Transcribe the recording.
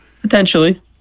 Potentially